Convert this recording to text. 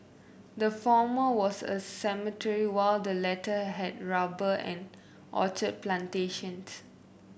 the former was a cemetery while the latter had rubber and orchard plantations